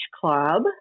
club